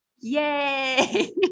Yay